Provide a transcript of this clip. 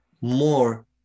more